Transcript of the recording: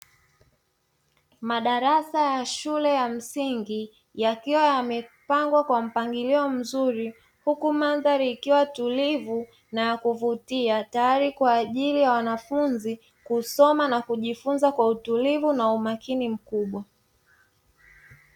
Madarasa ya shule ya msingi yakiwa yamepangwa kwa mpangilio mzuri huku mandhari ikiwa tulivu na ya kuvutia, tayari kwa ajili ya wanafunzi kusoma na kujifunza kwa utulivu na umakini mkubwa.